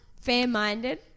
Fair-minded